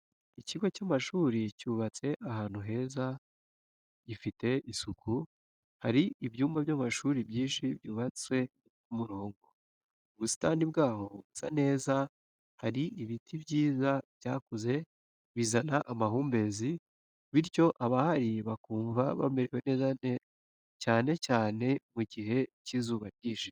Ikigo cy'amashuri cyubatse ahantu heza gifite isuku, hari ibyumba by'amashuri byinshi byubatse ku murongo, ubusitani bwaho busa neza, hari ibiti byiza byakuze bizana amahumbezi bityo abahari bakumva bamerewe neza cyane cyane mu gihe cy'izuba ryinshi.